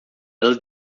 ela